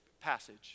passage